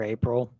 April